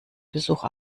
besuch